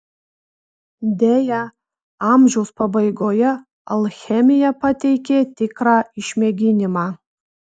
deja amžiaus pabaigoje alchemija pateikė tikrą išmėginimą